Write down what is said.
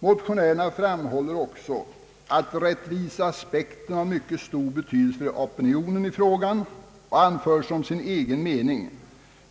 Motionärerna framhåller också att rättviseaspekten har mycket stor betydelse för opinionen i frågan och anför som sin egen mening